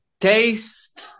Taste